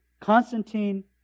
Constantine